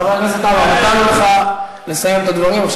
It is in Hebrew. חבר הכנסת עמאר, נתנו לך לסיים את הדברים.